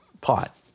pot